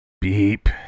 Beep